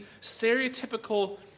stereotypical